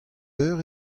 eur